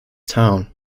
town